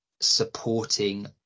supporting